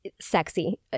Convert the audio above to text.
sexy